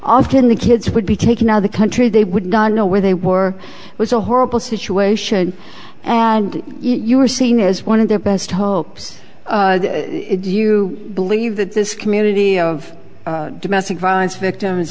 often the kids would be taken out the country they would not know where they were it was a horrible situation and you are seen as one of their best hopes you believe that this community of domestic violence victims